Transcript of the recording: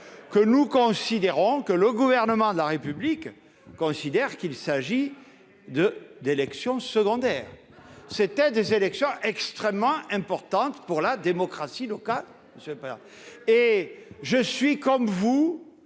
les nationaliser que le Gouvernement de la République considère qu'il s'agit d'élections secondaires. Ce sont des élections extrêmement importantes pour la démocratie locale. Monsieur Kanner, je suis, comme vous,